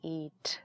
eat